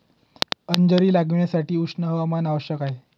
अंजीर लागवडीसाठी उष्ण हवामान आवश्यक आहे